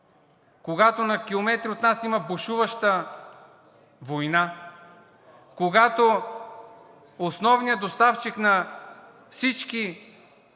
когато на километри от нас има бушуваща война, когато основният доставчик на всички